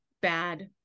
bad